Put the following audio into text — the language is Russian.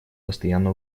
постоянно